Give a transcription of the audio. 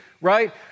right